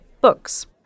books